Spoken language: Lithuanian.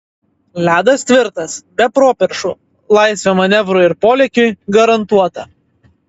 ledas tvirtas be properšų laisvė manevrui ir polėkiui garantuota